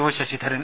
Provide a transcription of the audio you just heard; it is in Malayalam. ഒ ശശിധരൻ